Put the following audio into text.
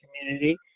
community